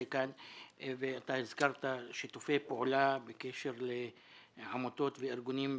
כאן ואתה הזכרת שיתופי פעולה בקשר לעמותות וארגונים בדרום.